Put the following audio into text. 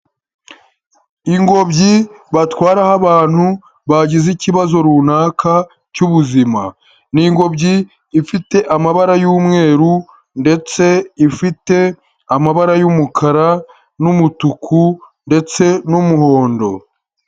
Ingobyi batwaraho abantu bagize ikibazo runaka cy'ubuzima, n'ingobyi ifite amabara y'umweru ndetse ifite amabara y'umukara n'umutuku ndetse n'umuhondo.